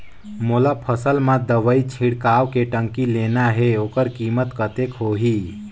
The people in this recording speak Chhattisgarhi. मोला फसल मां दवाई छिड़काव के टंकी लेना हे ओकर कीमत कतेक होही?